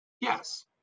Yes